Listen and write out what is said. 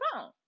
phone